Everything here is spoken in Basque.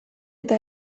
eta